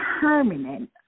permanent